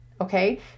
Okay